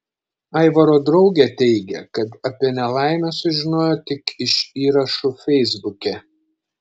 aivaro draugė teigia kad apie nelaimę sužinojo tik iš įrašų feisbuke